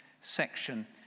section